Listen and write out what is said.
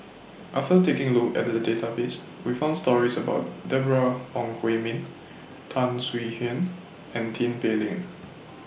after taking A Look At The Database We found stories about Deborah Ong Hui Min Tan Swie Hian and Tin Pei Ling